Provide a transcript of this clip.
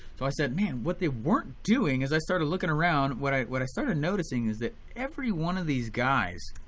so i said man what they weren't doing as i started looking around what i what i started noticing is that every one of these guys,